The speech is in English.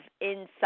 inside